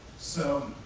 so,